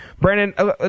Brandon